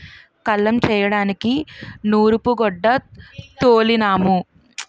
కల్లం చేయడానికి నూరూపుగొడ్డ తోలినాము